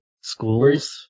schools